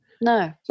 No